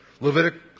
Leviticus